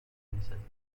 میسازیم